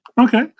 Okay